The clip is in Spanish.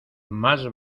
más